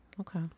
Okay